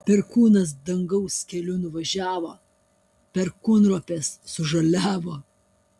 perkūnas dangaus keliu nuvažiavo perkūnropės sužaliavo